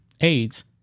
AIDS